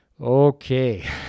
Okay